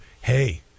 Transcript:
hey